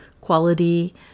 quality